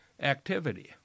Activity